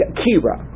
kira